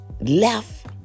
left